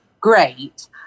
great